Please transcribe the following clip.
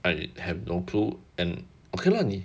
I have no clue and okay lah 你